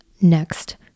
Next